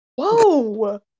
Whoa